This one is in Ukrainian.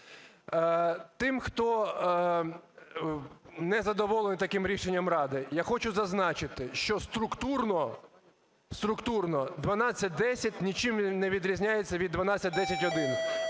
Тим, хто не задоволений таким рішенням ради, я хочу зазначити, що структурно 1210 нічим не відрізняється від 1210-1.